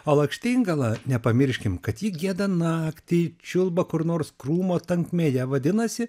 o lakštingala nepamirškim kad ji gieda naktį čiulba kur nors krūmo tankmėje vadinasi